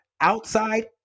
outside